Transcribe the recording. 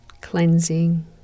cleansing